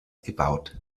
gebaut